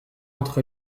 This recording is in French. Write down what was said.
entre